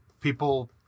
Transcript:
people